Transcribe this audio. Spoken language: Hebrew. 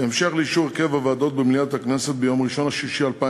בהמשך לאישור הרכב הוועדות במליאת הכנסת ביום 1 ביוני